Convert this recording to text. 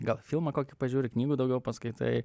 gal filmą kokį pažiūri knygų daugiau paskaitai